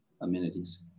amenities